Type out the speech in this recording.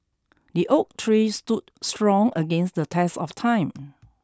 the oak tree stood strong against the test of time